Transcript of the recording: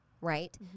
right